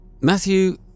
Matthew